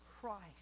Christ